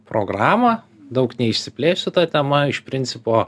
programą daug neišsiplėsiu ta tema iš principo